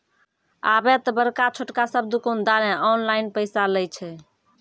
आबे त बड़का छोटका सब दुकानदारें ऑनलाइन पैसा लय छै